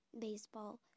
Baseball